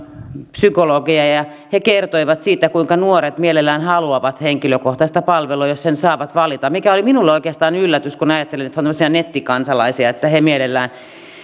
psykologeja ja he kertoivat siitä kuinka nuoret mielellään haluavat henkilökohtaista palvelua jos sen saavat valita mikä oli minulle oikeastaan yllätys kun ajattelen että he ovat semmoisia nettikansalaisia että he mielellään